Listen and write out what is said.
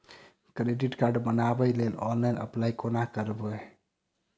Credit card बनाबै लेल online apply कोना करबै?